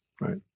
right